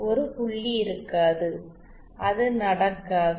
ஒரு புள்ளி இருக்காது அது நடக்காது